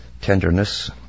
tenderness